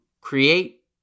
create